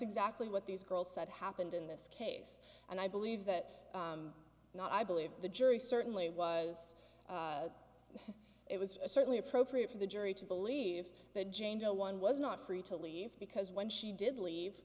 exactly what these girls said happened in this case and i believe that not i believe the jury certainly was it was certainly appropriate for the jury to believe that jane doe one was not free to leave because when she did leave